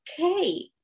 okay